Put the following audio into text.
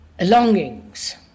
longings